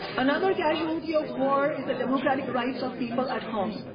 another casualty of war is the democratic rights of people at home.